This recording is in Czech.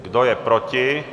Kdo je proti?